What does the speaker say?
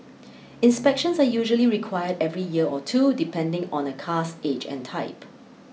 inspections are usually required every year or two depending on a car's age and type